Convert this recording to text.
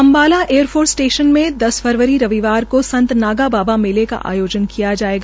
Ambala air force station में दस फरवरी को संत नागा बाबा मेले का आयोजन किया जायेगा